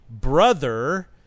brother